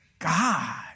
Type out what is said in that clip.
God